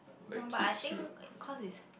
no but I think it cause it's